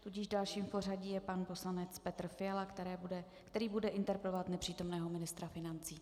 Tudíž dalším v pořadí je pan poslanec Petr Fiala, který bude interpelovat nepřítomného ministra financí.